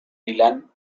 millán